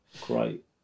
great